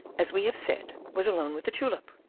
as we have said, was alone with the tulip.